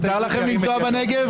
ירים את ידו.